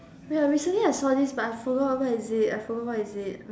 wait ah recently I saw this but I forgot where is it I forgot what is it